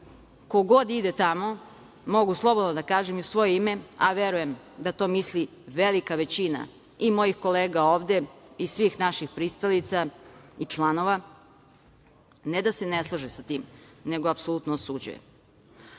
ko god ide tamo, mogu slobodno da kažem i u svoje ime, a verujem da to misli i velika većina i mojih kolega ovde i svih naših pristalica i članova, ne da se ne slaže sa tim, nego apsolutno osuđuje. Oni